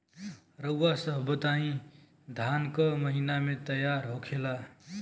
रउआ सभ बताई धान क महीना में तैयार होखेला?